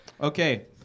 Okay